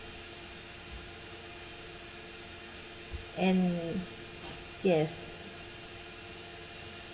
and yes